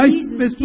Jesus